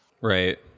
Right